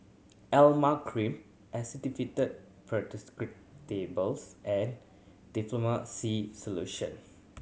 Emla Cream Actifed Pseudoephedrine Tablets and Difflam C Solution